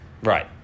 Right